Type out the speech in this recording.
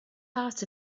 part